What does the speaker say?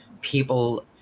people